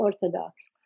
Orthodox